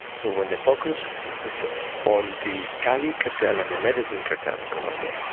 so when the focus was on the cali cartel and the medellin cartel in colombia,